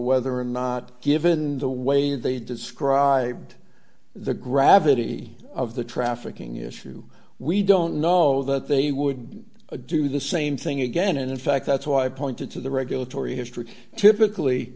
whether or not given the way they described the gravity of the trafficking issue we don't know that they would do the same thing again and in fact that's why i pointed to the regulatory history